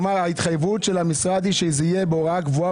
ההתחייבות של המשרד היא שזה יהיה בהוראה קבועה